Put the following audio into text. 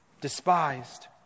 despised